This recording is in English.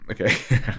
Okay